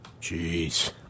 Jeez